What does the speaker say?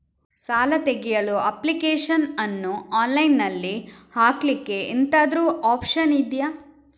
ಸಾಲ ತೆಗಿಯಲು ಅಪ್ಲಿಕೇಶನ್ ಅನ್ನು ಆನ್ಲೈನ್ ಅಲ್ಲಿ ಹಾಕ್ಲಿಕ್ಕೆ ಎಂತಾದ್ರೂ ಒಪ್ಶನ್ ಇದ್ಯಾ?